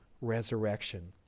resurrection